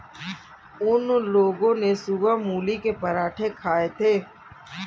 उन लोगो ने सुबह मूली के पराठे खाए थे